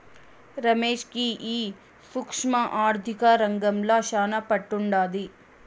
రమేష్ కి ఈ సూక్ష్మ ఆర్థిక రంగంల శానా పట్టుండాది